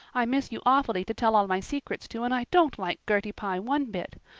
i miss you awfully to tell all my secrets to and i don't like gertie pye one bit.